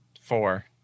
four